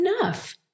enough